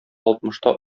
алтмышта